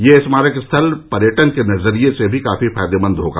यह स्मारक स्थल पर्यटन के नजरिये से भी काफी फायदेमंद होगा